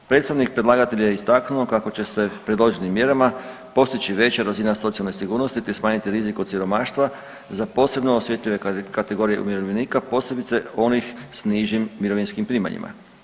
Predstavnik predlagatelja je istaknuo kako će se predloženim mjerama postići veća razina socijalne sigurnosti, te smanjiti rizik od siromaštva za posebno osjetljive kategorije umirovljenika posebice onih s nižim mirovinskim primanjima.